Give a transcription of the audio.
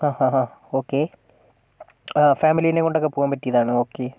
ആഹ് ആ അ ഓക്കേ ആ ഫാമിലിനെയും കൊണ്ടൊക്കെ പോകാൻ പറ്റിയതാണ് ഓക്കേ